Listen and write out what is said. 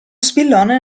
spillone